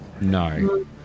No